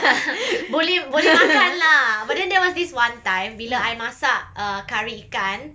boleh boleh makan lah but then there was this one time bila I masak uh kari ikan